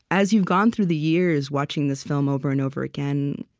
as you've gone through the years, watching this film over and over again,